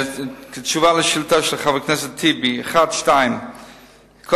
תשובה על השאילתא של חבר הכנסת טיבי: 1 2. כל